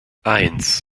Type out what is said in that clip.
eins